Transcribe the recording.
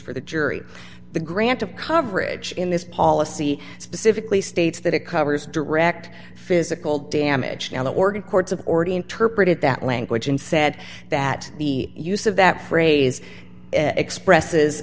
for the jury the grant of coverage in this policy specifically states that it covers direct physical damage and the organ courts of already interpreted that language and said that the use of that phrase expresses